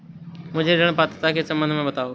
मुझे ऋण पात्रता के सम्बन्ध में बताओ?